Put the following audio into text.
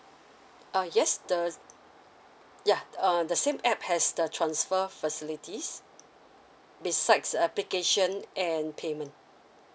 err yes the yeah err the same app has the transfer facilities besides application and payment